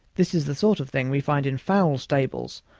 this is the sort of thing we find in foul stables,